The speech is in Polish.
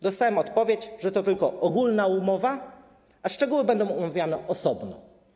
Dostałem odpowiedź, że to tylko ogólna umowa, a szczegóły będą omawiane osobno.